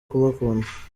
kubakunda